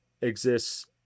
exists